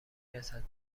رسد